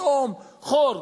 פתאום חור,